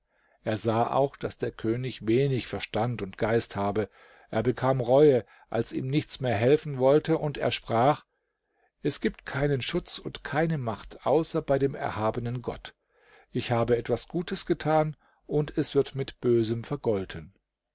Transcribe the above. er sah auch daß der könig wenig verstand und geist habe er bekam reue als ihm nichts mehr helfen wollte und er sprach es gibt keinen schutz und keine macht außer bei dem erhabenen gott ich habe etwas gutes getan und es wird mit bösem vergolten